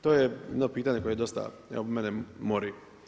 To je jedno pitanje koje je dosta mene mori.